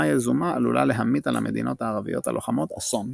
יזומה עלולה להמיט על המדינות הערביות הלוחמות אסון.